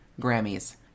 Grammys